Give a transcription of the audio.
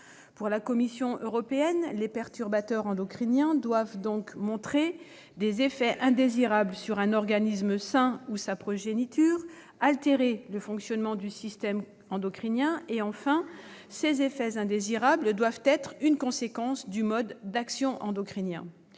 de la Commission européenne, les perturbateurs endocriniens doivent donc montrer des effets indésirables sur un organisme sain ou sa progéniture ; ils doivent altérer le fonctionnement du système endocrinien ; enfin, ses effets indésirables doivent être une conséquence du mode d'action endocrinien.